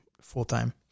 full-time